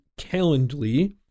Calendly